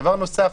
דבר נוסף,